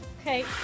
okay